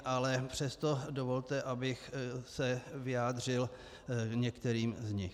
Ale přesto dovolte, abych se vyjádřil k některým z nich.